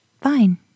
Fine